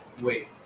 Wait